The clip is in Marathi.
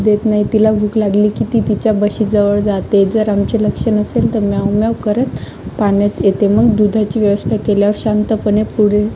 देत नाही तिला भूक लागली की ती तिच्या बशीजवळ जाते जर आमचं लक्ष नसेल तर म्याव म्याव करत पाण्यात येते मग दुधाची व्यवस्था केल्यास शांतपणे पुढे